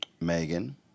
Megan